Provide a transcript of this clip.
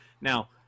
Now